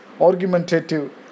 Argumentative